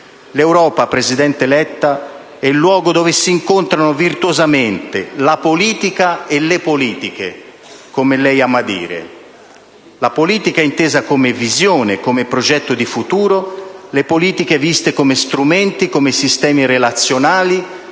L'Europa, presidente Letta, è il luogo dove si incontrano virtuosamente la «politica» e le «politiche», come lei ama dire. La politica intesa come visione, come progetto di futuro; le politiche viste come strumenti, come sistemi relazionali,